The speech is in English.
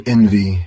Envy